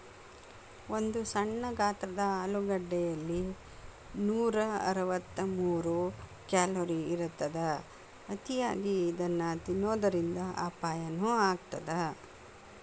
ಒಂದು ಸಣ್ಣ ಗಾತ್ರದ ಆಲೂಗಡ್ಡೆಯಲ್ಲಿ ನೂರಅರವತ್ತಮೂರು ಕ್ಯಾಲೋರಿ ಇರತ್ತದ, ಅತಿಯಾಗಿ ಇದನ್ನ ತಿನ್ನೋದರಿಂದ ಅಪಾಯನು ಆಗತ್ತದ